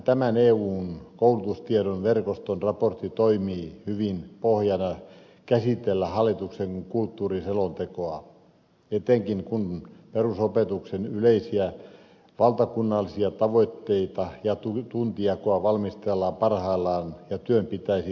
tämän eun koulutustiedon verkoston raportti toimii hyvin pohjana hallituksen kulttuuriselonteon käsittelylle etenkin kun perusopetuksen yleisiä valtakunnallisia tavoitteita ja tuntijakoa valmistellaan parhaillaan ja työn pitäisi valmistua pian